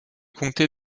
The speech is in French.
comté